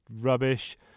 rubbish